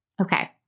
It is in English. Okay